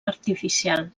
artificial